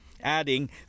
adding